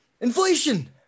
inflation